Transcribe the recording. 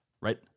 right